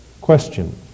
Question